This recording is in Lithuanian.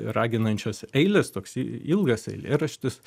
raginančios eilės toks ilgas eilėraštis